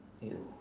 !aiyo!